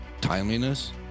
timeliness